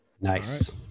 nice